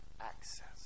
access